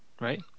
right